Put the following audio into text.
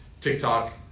TikTok